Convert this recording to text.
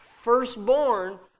Firstborn